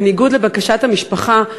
בניגוד לבקשת המשפחה,